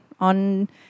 on